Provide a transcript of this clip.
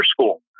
school